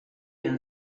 and